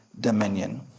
dominion